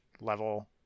level